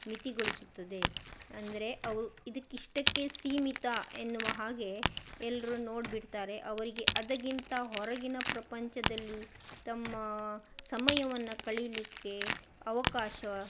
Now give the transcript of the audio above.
ಮಿತಿಗೊಳಿಸುತ್ತದೆ ಅಂದರೆ ಅವ್ರು ಇದಕ್ಕಿಷ್ಟಕ್ಕೆ ಸೀಮಿತ ಎನ್ನುವ ಹಾಗೆ ಎಲ್ಲರೂ ನೋಡಿಬಿಡ್ತಾರೆ ಅವರಿಗೆ ಅದಕ್ಕಿಂತ ಹೊರಗಿನ ಪ್ರಪಂಚದಲ್ಲಿ ತಮ್ಮ ಸಮಯವನ್ನು ಕಳೀಲಿಕ್ಕೆ ಅವಕಾಶ